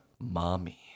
mommy